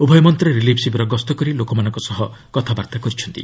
ଉଭୟ ମନ୍ତ୍ରୀ ରିଲିଫ୍ ଶିବିର ଗସ୍ତ କରି ଲୋକମାନଙ୍କ ସହ କଥାବାର୍ତ୍ତା କରିଛନ୍ତି